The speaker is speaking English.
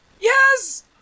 Yes